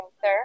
sir